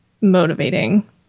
motivating